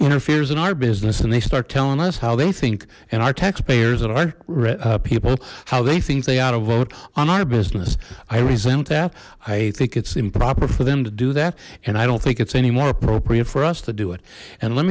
interferes in our business and they start telling us how they think and our taxpayers or our people how they think they ought to vote on our business i resent that i think it's improper for them to do that and i don't think it's any more appropriate for us to do it and let